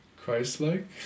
Christ-like